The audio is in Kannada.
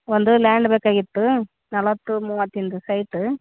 ಒಂದು ಲ್ಯಾಂಡ್ ಬೇಕಾಗಿತ್ತು ನಲವತ್ತು ಮೂವತ್ತಿಂದ ಸೈಟ್